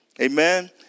amen